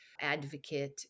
advocate